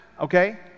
okay